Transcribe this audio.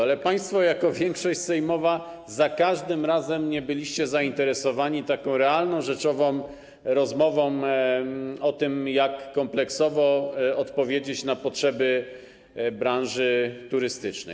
Ale państwo jako większość sejmowa za każdym razem nie byliście zainteresowani realną, rzeczową rozmową o tym, jak kompleksowo odpowiedzieć na potrzeby branży turystycznej.